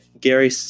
Gary